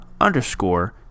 underscore